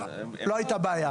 אולי לא הייתה בעיה.